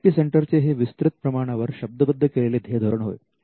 I P सेंटरचे हे विस्तृत प्रमाणावर शब्दबद्ध केलेले ध्येयधोरण होय